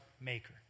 maker